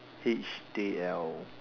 H_D_L